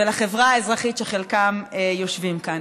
ולחברה האזרחית, שחלקם יושבים כאן,